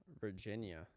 Virginia